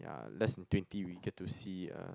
ya less in twenty we get to see uh